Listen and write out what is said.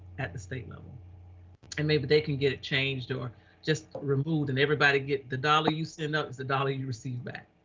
at the state level and maybe they can get it changed or just removed and everybody get the dollar you send up. it's the dollar you received back.